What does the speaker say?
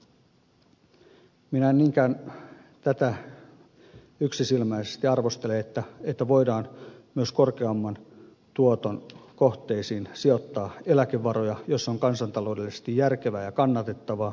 minä en niinkään tätä yksisilmäisesti arvostele että voidaan myös korkeamman tuoton kohteisiin sijoittaa eläkevaroja jos se on kansantaloudellisesti järkevää ja kannattavaa